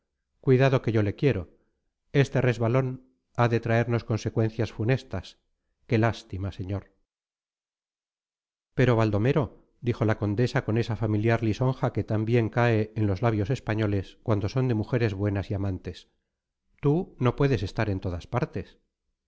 cuidado que yo le quiero este resbalón ha de traernos consecuencias funestas qué lástima señor pero baldomero dijo la condesa con esa familiar lisonja que tan bien cae en labios españoles cuando son de mujeres buenas y amantes tú no puedes estar en todas partes